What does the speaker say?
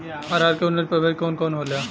अरहर के उन्नत प्रभेद कौन कौनहोला?